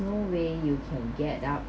no way you can get out